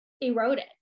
eroded